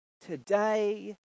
Today